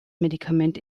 medikament